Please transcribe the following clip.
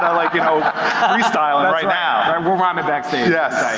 um like you know restyle it right now. we'll round it backstage.